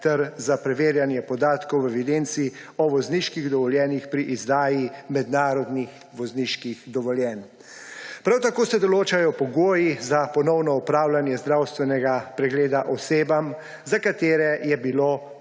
ter za preverjanje podatkov v evidenci o vozniških dovoljenjih pri izdaji mednarodnih vozniških dovoljenj. Prav tako se določajo pogoji za ponovno opravljanje zdravstvenega pregleda osebam, za katere je bilo